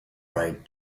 right